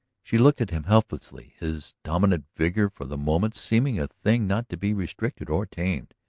she looked at him helplessly, his dominant vigor for the moment seeming a thing not to be restricted or tamed.